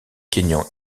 kényan